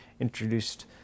introduced